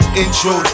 intro